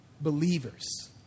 Believers